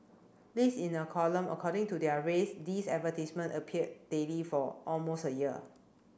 list in a column according to their race these advertisement appeared daily for almost a year